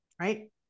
right